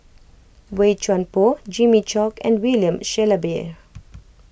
Boey Chuan Poh Jimmy Chok and William Shellabear